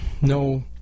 No